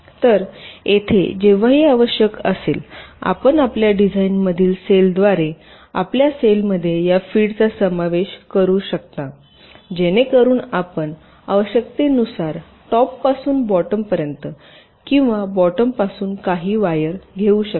तर येथे जेव्हाही आवश्यक असेल आपण आपल्या डिझाइनमधील सेल द्वारे आपल्या सेलमध्ये या फीडचा समावेश करू शकता जेणेकरून आपण आवश्यकतेनुसार टॉपपासून बॉटमपर्यंत किंवा बॉटमपासून काही वायर घेऊ शकता